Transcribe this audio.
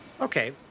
Okay